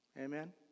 Amen